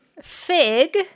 Fig